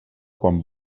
quan